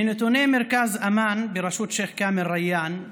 מנתוני מרכז אמאן בראשות שייח' כאמל ריאן,